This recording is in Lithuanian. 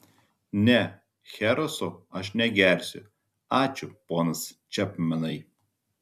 ne chereso aš negersiu ačiū ponas čepmenai